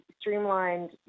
streamlined